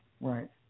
right